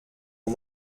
aux